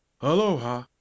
aloha